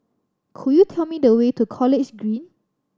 could you tell me the way to College Green